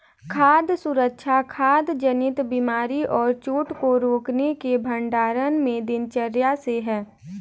खाद्य सुरक्षा खाद्य जनित बीमारी और चोट को रोकने के भंडारण में दिनचर्या से है